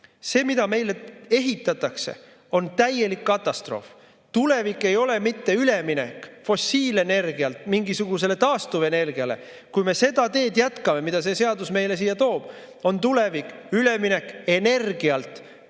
See, mida meile siin ehitatakse, on täielik katastroof. Tulevik ei ole mitte üleminek fossiilenergialt mingisugusele taastuvenergiale. Kui me jätkame seda teed, mida see seadus meile siia toob, on tulevik üleminek energialt